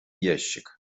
ящик